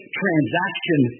transaction